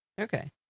Okay